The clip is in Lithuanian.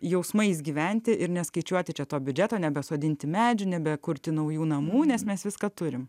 jausmais gyventi ir neskaičiuoti to biudžeto nebesodinti medžių nebekurti naujų namų nes mes viską turime